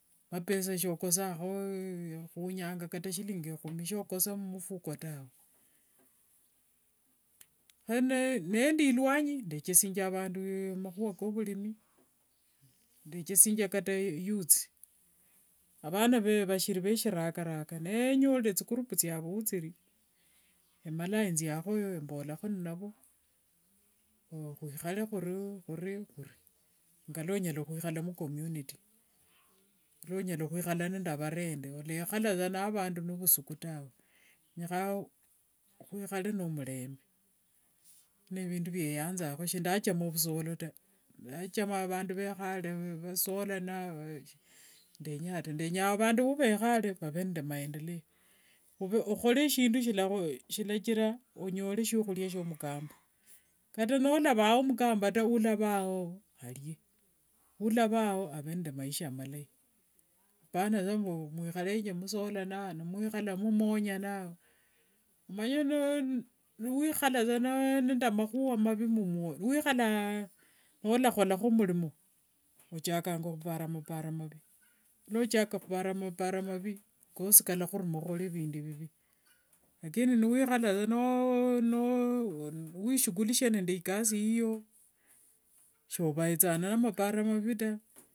Mapesa sokosangakho khunyanga kata shillingi ekhumi shokosa mumufuko tawe, kho nendi luanyi ndekesianga amakhuwa kovurimi, ndechesingia kata youth avana vashiri veshiragaraga, nenyoreee thigroup thiavu emalanga enziakhoyo embolakho navo khwikhale khuri khuri ngilwa onyala khwikhala mucommunity, ngalua onyala khwikhala nde avarendi, olekhala saa navandu novusuku tawe rekha khwikhale nomurembe nevindu vyeyanzakho, shindachama vusolo taa, ndachama avandu nivekhare vasolana, shindenya ga taa, nyanga vandu wivekhare vave nde maendeleo, okhore shindu shilachira okhore onyole shiakhuria shomukamba kata nolavao mukamba taa ulavao arie, ulavao ave nde maisha malayi, apana sa mbu mwikhalenge nimusolana nimwikhala nimumonyana, omanyire niwikhala saa nde makhuwa mavi mumuoyo, wikhala nolakholakho murimo, ochakanga khupara amaparo mavi, nochaka khupara maparo mavii kosi kalakhuruma okhole vindu vivi, lakini niwikhala saa niwishugulisha nde ikasi yiyo sovethanga na maparo mavi taa.